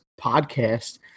podcast